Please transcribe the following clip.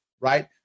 right